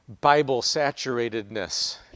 Bible-saturatedness